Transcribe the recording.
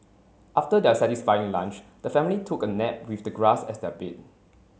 after their satisfying lunch the family took a nap with the grass as their bed